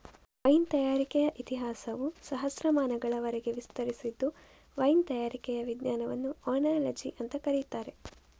wine ತಯಾರಿಕೆಯ ಇತಿಹಾಸವು ಸಹಸ್ರಮಾನಗಳವರೆಗೆ ವಿಸ್ತರಿಸಿದ್ದು ವೈನ್ ತಯಾರಿಕೆಯ ವಿಜ್ಞಾನವನ್ನ ಓನಾಲಜಿ ಅಂತ ಕರೀತಾರೆ